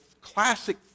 classic